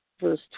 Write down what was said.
verse